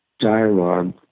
dialogue